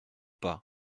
pas